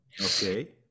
Okay